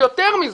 ויותר מזה,